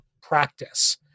practice